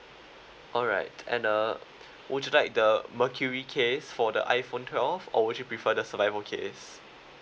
alright and uh would you like the mercury case for the iphone twelve or would you prefer the survival case